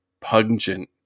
pungent